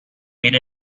made